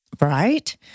right